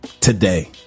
today